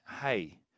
hey